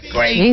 Great